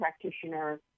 practitioner